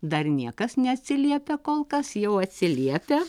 dar niekas neatsiliepia kol kas jau atsiliepia